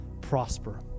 prosper